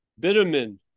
Bitterman